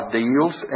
deals